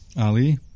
Ali